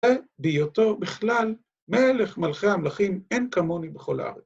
והיותו בכלל, מלך מלכי המלכים אין כמוני בכל הארץ.